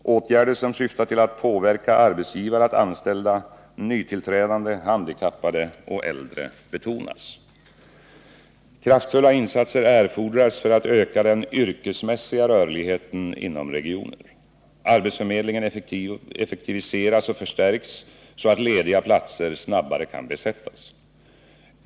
Åtgärder som syftar till att påverka arbetsgivare att anställa nytillträdande, handikappade och äldre betonas. Kraftfulla insatser erfordras för att öka den yrkesmässiga rörligheten inom regioner. Arbetsförmedlingen effektiviseras och förstärks så att lediga platser snabbare kan besättas.